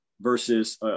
versus